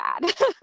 bad